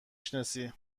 شناسی